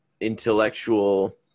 intellectual